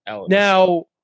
Now